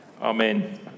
Amen